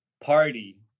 party